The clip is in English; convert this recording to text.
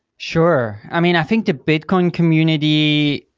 sure. i mean, i think the bitcoin community,